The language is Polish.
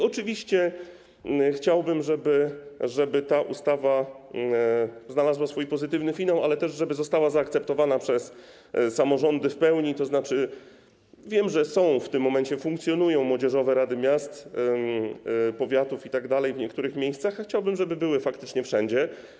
Oczywiście chciałbym, żeby ta ustawa znalazła swój pozytywny finał, ale też żeby została zaakceptowana przez samorządy w pełni, tzn. wiem, że w tym momencie funkcjonują młodzieżowe rady miast, powiatów itd. w niektórych miejscach, ale chciałbym, żeby były faktycznie wszędzie.